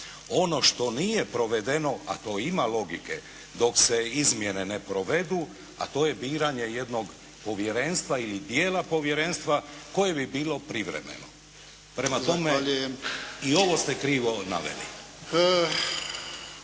Ono što nije provedeno, a to ima logike dok se izmjene ne provedu, a to je biranje jednog povjerenstva ili dijela povjerenstva koje bi bilo privremeno. Prema tome, i ovo ste krivo naveli.